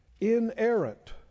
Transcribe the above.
inerrant